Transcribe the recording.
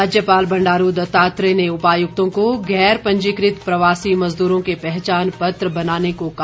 राज्यपाल बंडारू दत्तात्रेय ने उपायुक्तों को गैरपंजीकृत प्रवासी मजदूरों के पहचान पत्र बनाने को कहा